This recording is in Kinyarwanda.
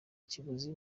kiguzi